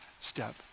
step